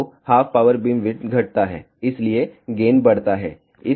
तो half power beamwidth घटता है इसलिए गेन बढ़ेगा